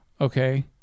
okay